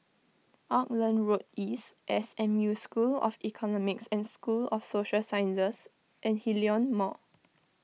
Auckland Road East S M U School of Economics and School of Social Sciences and Hillion Mall